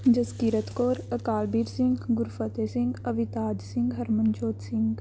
Jaskirat Kaur Akalveer Singh Gurfateh Singh Avitaj Singh Harmanjot Singh